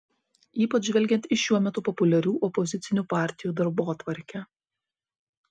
ypač žvelgiant į šiuo metu populiarių opozicinių partijų darbotvarkę